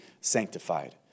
sanctified